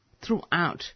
throughout